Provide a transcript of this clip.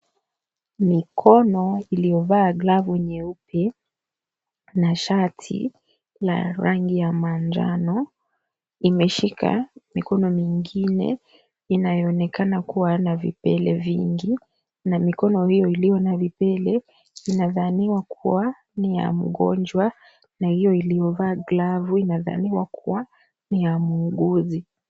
Mikono iliyovaa glavu nyeupe na shati la rangi ya manjano imeshika mikono mingine inayoonekana kuwa na vipele vingi, na mikono hiyo iliyo na vipele inadhaniwa kuwa ni ya mgonjwa na hiyo iliyovaa glavu inadhaniwa kuwa ni ya muuguzi.